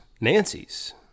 Nancy's